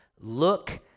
look